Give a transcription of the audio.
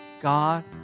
God